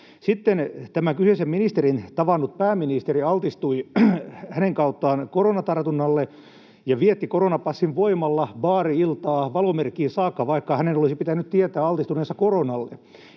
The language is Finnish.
Sitten tämän kyseisen ministerin tavannut pääministeri altistui hänen kauttaan koronatartunnalle ja vietti koronapassin voimalla baari-iltaa valomerkkiin saakka, vaikka hänen olisi pitänyt tietää altistuneensa koronalle.